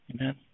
Amen